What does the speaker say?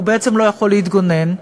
והוא לא יכול להתגונן.